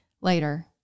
later